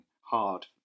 hard